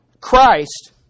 Christ